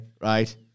right